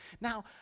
Now